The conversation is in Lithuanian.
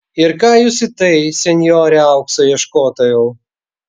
ir ką jūs į tai senjore aukso ieškotojau